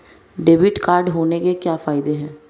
Debit card होने के क्या फायदे हैं?